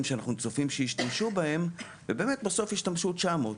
שאנחנו צופים שישתמשו בה אבל בסוף השתמשו 900,